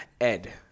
Ed